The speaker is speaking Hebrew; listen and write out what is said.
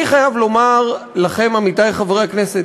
אני חייב לומר לכם, עמיתי חברי הכנסת,